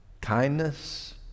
kindness